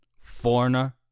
Foreigner